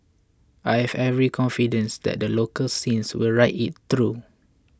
I have every confidence that the local scene will ride it through